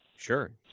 sure